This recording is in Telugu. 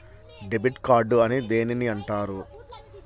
డెబిట్ కార్డు అని దేనిని అంటారు?